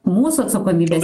mūsų atsakomybės